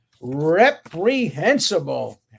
reprehensible